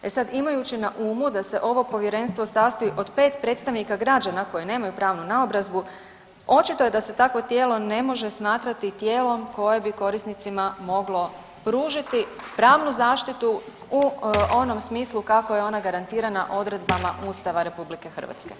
E sad, imajući na umu da se ovo povjerenstvo sastoji od 5 predstavnika građana koji nemaju pravnu naobrazbu očito je da se takvo tijelo ne može smatrati tijelom koje bi korisnicima moglo pružiti pravnu zaštitu u onom smislu kako je ona garantirana odredbama Ustava RH.